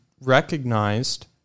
recognized